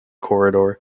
corridor